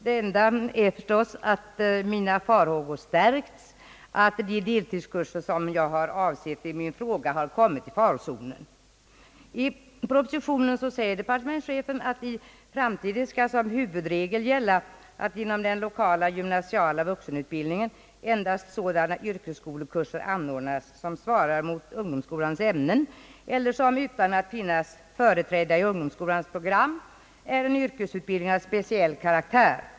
Det enda är att mina farhågor stärkts att de deltidskurser som jag har avsett i min fråga kommit i farozonen. I propositionen säger departementschefen att i framtiden skall som huvudregel gälla att man inom den lokala gymnasiala vuxenutbildningen endast skall anordna sådana kurser som Ssvarar mot ungdomsskolans ämnen eller som utan att finnas företrädda i ungdomsskolans program är en yrkesutbildning av speciell karaktär.